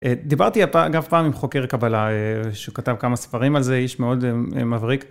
דיברתי אגב פעם עם חוקר קבלה שכתב כמה ספרים על זה, איש מאוד מבריק.